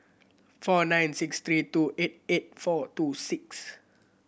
four nine six three two eight eight four two six